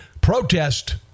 protest